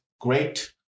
great